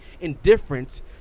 indifference